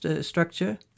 structure